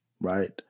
right